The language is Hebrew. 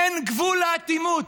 אין גבול לאטימות.